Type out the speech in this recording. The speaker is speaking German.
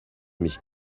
mich